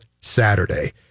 Saturday